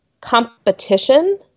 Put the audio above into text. competition